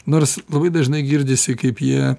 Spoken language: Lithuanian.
nors labai dažnai girdisi kaip jie